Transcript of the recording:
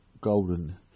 golden